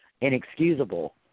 inexcusable